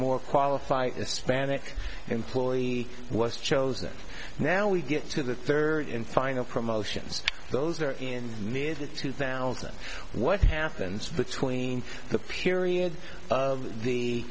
more qualified spanish employee was chosen now we get to the third and final promotions those are in mid two thousand what happens between the period of the